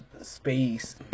space